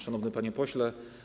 Szanowny Panie Pośle!